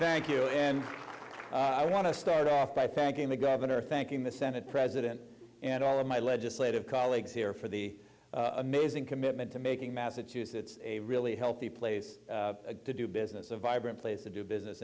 thank you and i want to start off by thanking the governor thanking the senate president and all of my legislative colleagues here for the amazing commitment to making massachusetts a really healthy place to do business a vibrant place to do business